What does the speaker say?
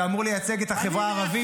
אתה אמור לייצג את החברה הערבית,